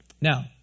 Now